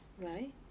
right